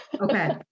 Okay